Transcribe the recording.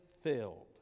filled